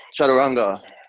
Chaturanga